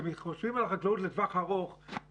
כשחושבים על החקלאות לטווח ארוך,